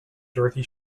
dorothy